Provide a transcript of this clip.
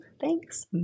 Thanks